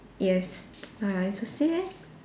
yes uh it's the same eh